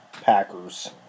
Packers